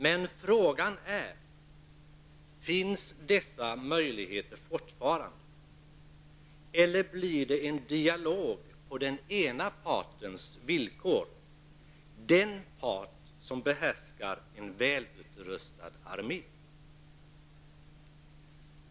Men frågan är: Finns dessa möjligheter fortfarande kvar eller blir det en dialog på den ena partens villkor, den part som behärskar en välutrustad armé?